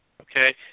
okay